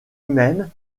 même